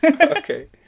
Okay